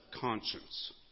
conscience